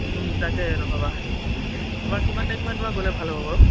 তাকে তোমাৰ কিমান তাৰিখ মানে তোমাৰ গ'লে ভাল হ'ব বাৰু